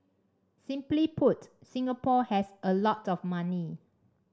simply put Singapore has a lot of money